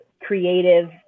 creative